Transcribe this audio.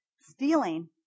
Stealing